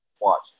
watch